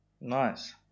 Nice